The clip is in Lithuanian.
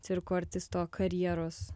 cirko artisto karjeros